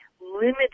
limited